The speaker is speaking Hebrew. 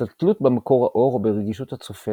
את התלות במקור האור או ברגישות הצופה